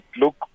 look